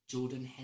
Jordan